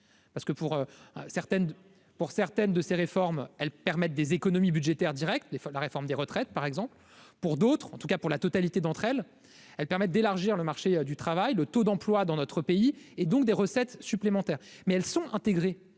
certaines, pour certaines de ses réformes, elles permettent des économies budgétaires directes des fois la réforme des retraites, par exemple, pour d'autres, en tout cas pour la totalité d'entre elles, elles permettent d'élargir le marché du travail, le taux d'emploi dans notre pays et donc des recettes supplémentaires, mais elles sont intégrées